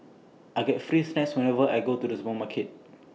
I get free snacks whenever I go to the supermarket